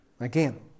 Again